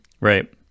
Right